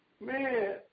Man